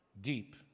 deep